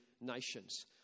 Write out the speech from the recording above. nations